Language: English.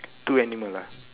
two animal ah